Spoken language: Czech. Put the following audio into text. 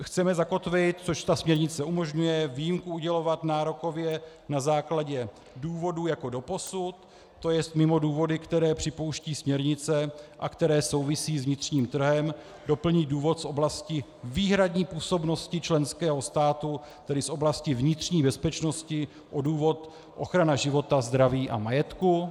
Chceme zakotvit, což ta směrnice umožňuje, výjimku udělovat nárokově na základě důvodů jako doposud, tj. mimo důvody, které připouští směrnice a které souvisí s vnitřním trhem, doplnit důvod z oblasti výhradní působnosti členského státu, tedy z oblasti vnitřní bezpečnosti, o důvod ochrana života, zdraví a majetku.